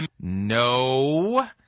No